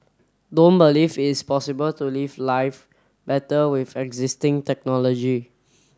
don't believe it's possible to live life better with existing technology